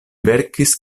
verkis